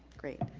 great.